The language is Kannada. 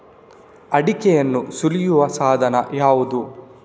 ಅಡಿಕೆಯನ್ನು ಸುಲಿಯುವ ಸಾಧನ ಯಾವುದು?